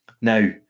Now